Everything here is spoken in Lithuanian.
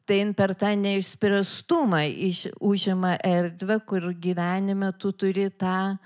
tai in per tą neišspręstumą iš užima erdvę kur gyvenime tu turi tą